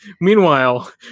Meanwhile